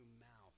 mouth